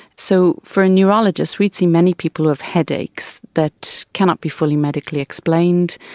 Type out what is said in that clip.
so for a neurologist we'd see many people who have headaches that cannot be fully medically explained.